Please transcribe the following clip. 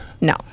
No